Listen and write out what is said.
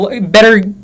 better